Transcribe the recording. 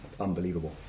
unbelievable